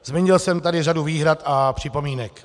Zmínil jsem tady řadu výhrad a připomínek.